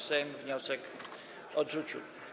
Sejm wniosek odrzucił.